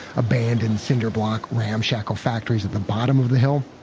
abandoned cinder block, ramshackle factories at the bottom of the hill,